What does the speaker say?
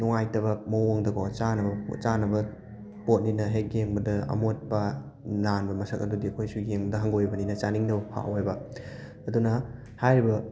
ꯅꯨꯡꯉꯥꯏꯇꯕ ꯃꯑꯣꯡꯗꯀꯣ ꯆꯥꯅꯕ ꯆꯥꯅꯕ ꯄꯣꯠꯅꯤꯅ ꯍꯦꯛ ꯌꯦꯡꯕꯗ ꯑꯃꯣꯠꯄ ꯃꯥꯟꯕ ꯃꯁꯛ ꯑꯗꯨꯗꯤ ꯑꯩꯈꯣꯏꯁꯨ ꯌꯦꯡꯕꯗ ꯍꯪꯒꯣꯏꯕꯅꯤꯅ ꯆꯥꯅꯤꯡꯗꯕ ꯐꯥꯎꯋꯦꯕ ꯑꯗꯨꯅ ꯍꯥꯏꯔꯤꯕ